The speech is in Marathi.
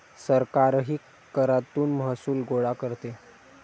सरकारही करातून महसूल गोळा करते